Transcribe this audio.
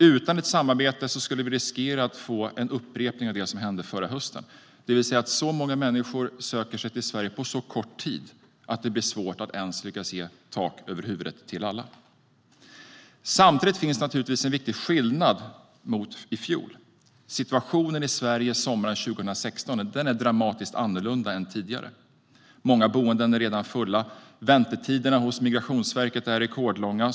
Utan ett samarbete skulle vi riskera en upprepning av det som hände förra hösten, det vill säga att så många människor söker sig till Sverige på så kort tid att det blir svårt att ens lyckas ge tak över huvudet till alla. Samtidigt finns naturligtvis en viktig skillnad mot i fjol. Situationen i Sverige sommaren 2016 är dramatiskt annorlunda än tidigare. Många boenden är redan fulla, och väntetiderna hos Migrationsverket är rekordlånga.